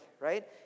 right